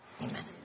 amen